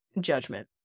judgment